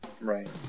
Right